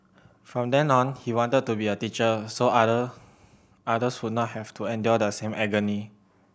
from then on he wanted to be a teacher so other others would not have to endure the same agony